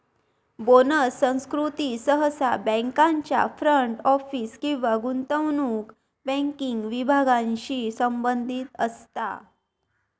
bonus संस्कृती सहसा बँकांच्या फ्रंट ऑफिस किंवा गुंतवणूक बँकिंग विभागांशी संबंधित असता